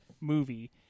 movie